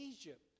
Egypt